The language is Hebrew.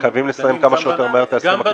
אנחנו מקווים לסיים כמה שיותר מהר את ההסכם הקיבוצי.